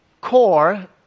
core